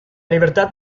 libertad